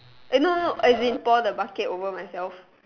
eh no no no as in pour the bucket over myself